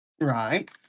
Right